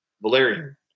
Valerian